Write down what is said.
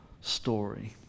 story